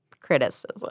criticism